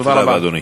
תודה רבה.